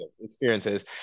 experiences